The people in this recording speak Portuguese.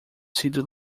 sido